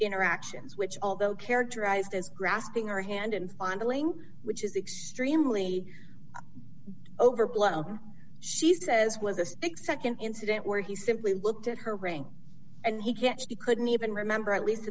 interactions which although characterized as grasping her hand and ongoing which is extremely overblown she says was a stick nd incident where he simply looked at her rank and he can't she couldn't even remember at least